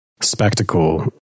spectacle